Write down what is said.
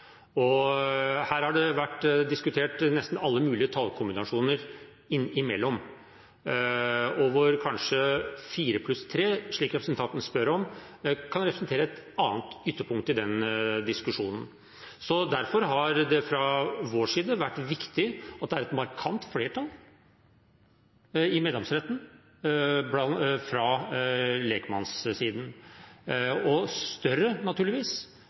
fagdommere. Her har det vært diskutert nesten alle mulige tallkombinasjoner, hvor kanskje fire pluss tre, som representanten spør om, kan representere et annet ytterpunkt i den diskusjonen. Derfor har det fra vår side vært viktig at det er et markant flertall i meddomsretten fra lekmannssiden, og større, naturligvis,